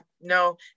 no